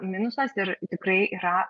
minusas ir tikrai yra